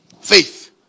Faith